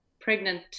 pregnant